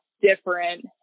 different